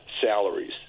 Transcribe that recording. salaries